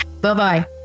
Bye-bye